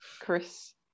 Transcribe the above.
Chris